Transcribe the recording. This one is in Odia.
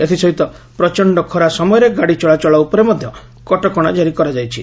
ଏଥିସହିତ ପ୍ରଚଣ୍ଡ ଖରା ସମୟରେ ଗାଡ଼ି ଚଳାଚଳ ଉପରେ ମଧ୍ଧ କଟକଶା ଜାରି କରାଯାଇଛି